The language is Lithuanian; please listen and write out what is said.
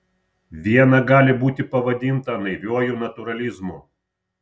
viena gali būti pavadinta naiviuoju natūralizmu